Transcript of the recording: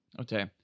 Okay